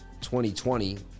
2020